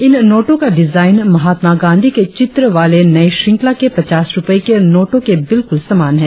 इन नोटों का डिजाइन महात्मा गांधी के चित्र वाले नई श्रृंखला के पचास रुपये के नोटों के बिल्कुल समान है